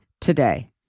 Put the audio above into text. today